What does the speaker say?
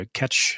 catch